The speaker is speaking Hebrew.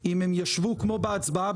האם זה קשור להצעת